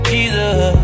Jesus